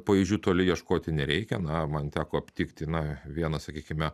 pavyzdžių toli ieškoti nereikia na man teko aptikti na vieną sakykime